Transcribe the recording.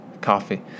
coffee